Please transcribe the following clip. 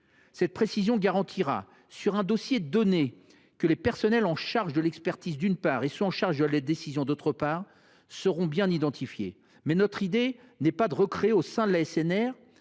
Cette précision garantira, sur un dossier donné, que les personnels chargés de l’expertise, d’une part, et ceux qui sont chargés de la décision, d’autre part, soient bien identifiés. Notre idée n’est pas de recréer, au sein de l’ASNR,